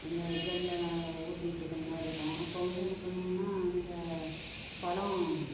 அந்த ஜொல்லா ஊத்திட்ருக்கற மாதிரி இருக்கும் அப்போ வந்து என்ன பண்ணுவோனால் அந்த பழம்